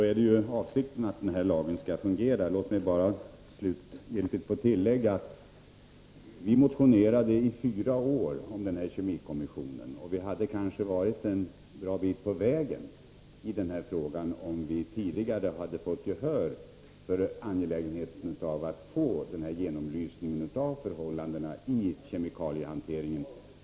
Fru talman! Avsikten är att lagen skall fungera på det sättet. Låt mig slutligen få tillägga, att vi motionerade i fyra år om denna kemikommission, och vi hade kanske varit en bra bit på väg när det gäller den här frågan om vi tidigare hade fått gehör för vår uppfattning om angelägenheten av att få denna genomlysning av förhållandena beträffande kemikaliehanteringen.